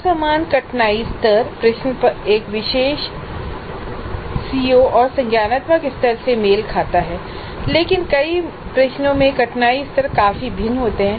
असमान कठिनाई स्तर प्रश्न एक विशेष सीओ और संज्ञानात्मक स्तर से मेल खाता है लेकिन कई प्रश्नों में कठिनाई स्तर काफी भिन्न होते हैं